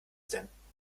denn